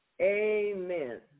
Amen